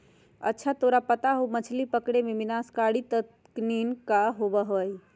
अच्छा तोरा पता है मछ्ली पकड़े में विनाशकारी तकनीक का होबा हई?